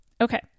Okay